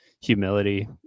humility